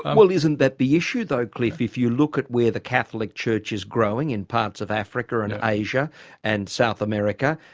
well isn't that the issue though cliff? if you look at where the catholic church is growing in parts of africa and asia and south america,